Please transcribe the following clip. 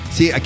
See